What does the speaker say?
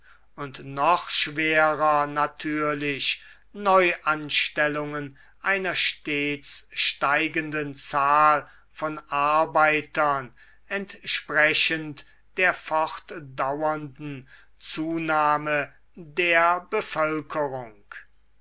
und noch schwerer natürlich neuanstellungen einer stets steigenden zahl von arbeitern entsprechend der fortdauernden zunahme der bevölkerung